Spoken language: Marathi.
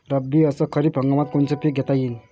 रब्बी अस खरीप हंगामात कोनचे पिकं घेता येईन?